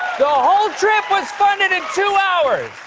the whole trip was funded in two hours!